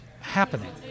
happening